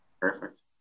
Perfect